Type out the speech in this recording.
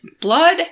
blood